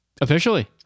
Officially